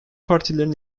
partilerin